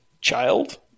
child